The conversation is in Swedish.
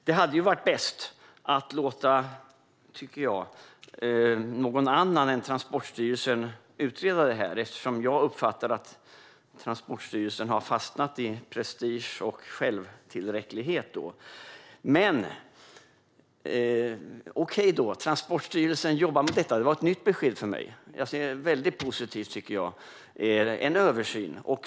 Det hade varit bättre att låta någon annan än Transportstyrelsen utreda frågan; jag uppfattar att Transportstyrelsen har fastnat i prestige och självtillräcklighet. Det var ett nytt besked för mig att Transportstyrelsen jobbar med frågan. Jag ser positivt på en översyn.